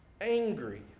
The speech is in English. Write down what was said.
angry